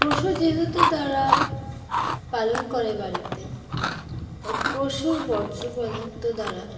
পশু যেহেতু তারা পালন করে বাড়িতে এই পশুর বর্জ্য পদার্থ দ্বারা